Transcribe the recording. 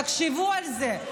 תחשבו על זה.